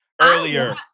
earlier